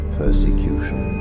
persecution